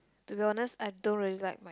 to be honest I don't really like